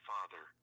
Father